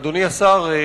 אדוני השר,